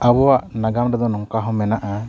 ᱟᱵᱚᱣᱟᱜ ᱱᱟᱜᱟᱢ ᱨᱮᱫᱚ ᱱᱚᱝᱠᱟ ᱦᱚᱸ ᱢᱮᱱᱟᱜᱼᱟ